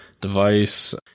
device